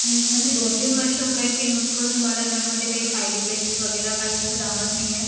म्हणजे दोन तीन वर्ष होत आहेत ते यूज करून मला त्यामध्ये काही साइड इफेक्टस वगैरे काही असं जाणवत नाही आहे